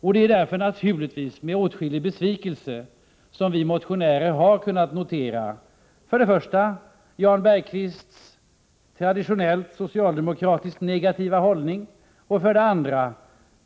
Det är därför naturligtvis med åtskillig besvikelse som vi motionärer har kunnat notera för det första Jan Bergqvists traditionellt socialdemokratiskt negativa hållning och för det andra